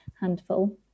handful